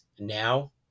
now